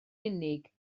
unig